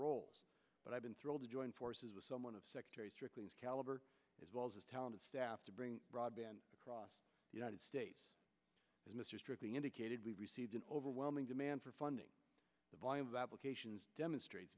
roles but i've been thrilled to join forces with someone of secretary strickland's caliber as well as his talented staff to bring broadband across united states as mr strictly indicated we received an overwhelming demand for funding the volume of applications demonstrates